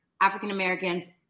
African-Americans